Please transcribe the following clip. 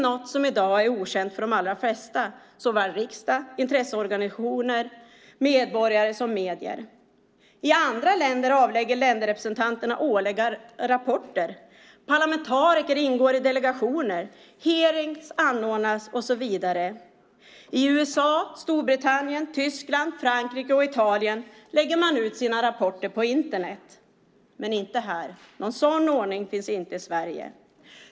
Detta är i dag okänt för de allra flesta, såväl riksdagen som intresseorganisationer, medborgare och medier. I andra länder avlägger länderrepresentanterna årliga rapporter. Parlamentariker ingår i delegationer. Hearings anordnas, och så vidare. I USA, Storbritannien, Tyskland, Frankrike och Italien lägger man ut sina rapporter på Internet, men inte här. Någon sådan ordning finns inte i Sverige.